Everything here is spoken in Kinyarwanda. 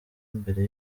mbere